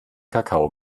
kakao